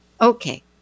Okay